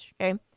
okay